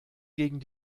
gegen